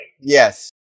Yes